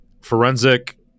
forensic